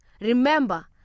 Remember